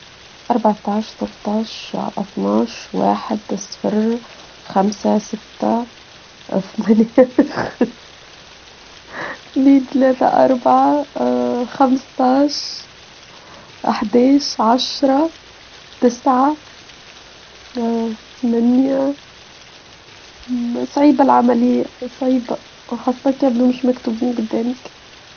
أربعتاش ثلتاش إثناش واحد صفر خمسه سته ثما ههههههه إثنين ثلاثه أربعه اااا خمستاش إحداش عشره تسعه اااا ثمانيه ممم صعيبه اللعبه لي صعيبه و خاصه كإنه مش مكتوبين جدامك.